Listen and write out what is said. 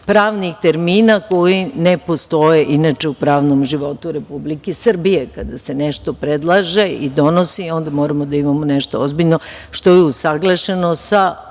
pravnih termina koji ne postoje inače u pravnom životu Republike Srbije. Kada se nešto predlaže i donosi, moramo da imamo nešto ozbiljno, što je usaglašeno sa